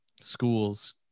schools